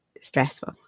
stressful